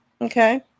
okay